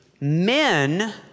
men